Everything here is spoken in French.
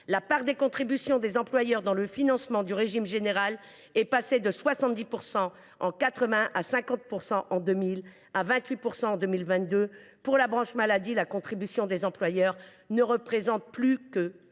La part des contributions des employeurs dans le financement du régime général est passée de 72 % en 1980 à 50 % en 2000, pour atteindre 28 % en 2022. Pour la branche maladie, la contribution des employeurs ne représente plus que